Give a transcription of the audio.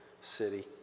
city